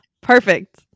Perfect